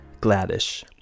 Gladish